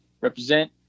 represent